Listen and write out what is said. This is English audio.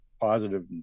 positive